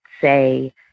say